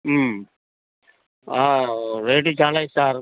ఆ రేటు చాలా అవుతుంది సార్